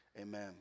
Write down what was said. Amen